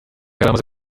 yamaze